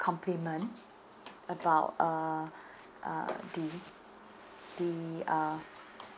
compliment about uh uh the the uh